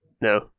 no